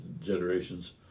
generations